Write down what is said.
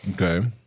Okay